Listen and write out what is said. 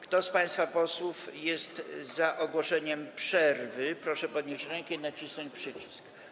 Kto z państwa posłów jest za ogłoszeniem przerwy, proszę podnieść rękę i nacisnąć przycisk.